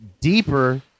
Deeper